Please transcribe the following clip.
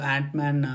Ant-Man